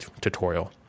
tutorial